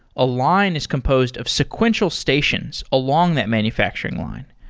a line is composed of sequential stations along that manufacturing line.